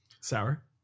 Sour